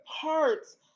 parts